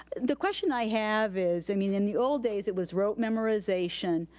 the question i have is i mean in the old days, it was rote memorization.